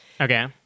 Okay